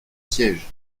sièges